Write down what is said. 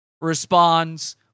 responds